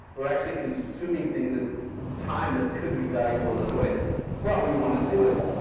we're actually consuming things, that time that could be valuable in other ways but we want to do it.